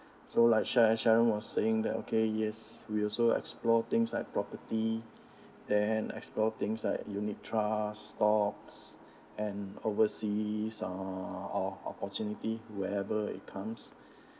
so like sha~ sharon was saying that okay yes we also explore things like property and explore things like unit trusts stocks and overseas uh opportunity wherever it comes